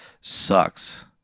sucks